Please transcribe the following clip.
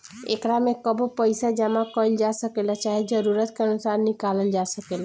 एकरा में कबो पइसा जामा कईल जा सकेला, चाहे जरूरत के अनुसार निकलाल जा सकेला